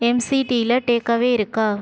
எம்சிடியில் takeaway இருக்கா